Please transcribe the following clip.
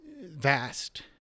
vast